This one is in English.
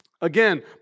Again